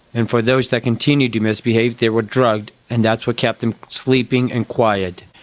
and for those that continued to misbehave they were drugged and that's what kept them sleeping and quiet.